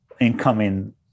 incoming